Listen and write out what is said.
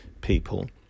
people